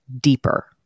deeper